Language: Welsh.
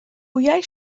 wyau